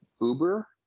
Uber